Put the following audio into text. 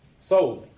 solely